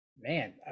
Man